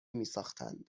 میساختند